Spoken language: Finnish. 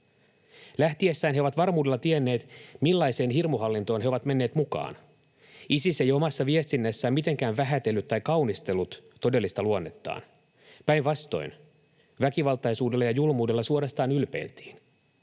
Lähtiessään he ovat varmuudella tienneet, millaiseen hirmuhallintoon he ovat menneet mukaan. Isis ei omassa viestinnässään mitenkään vähätellyt tai kaunistellut todellista luonnettaan, päinvastoin väkivaltaisuudella ja julmuudella suorastaan ylpeiltiin.